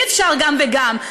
אי-אפשר גם וגם.